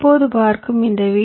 இப்போது பார்க்கும் இந்த வி